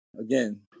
again